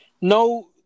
No